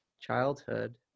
childhood